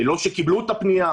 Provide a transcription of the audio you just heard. לא שקיבלו את הפנייה.